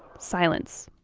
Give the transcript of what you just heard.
silence